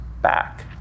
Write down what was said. back